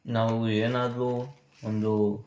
ನಾವು ಏನಾದರೂ ಒಂದು